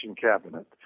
cabinet